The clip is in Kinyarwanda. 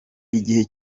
igihe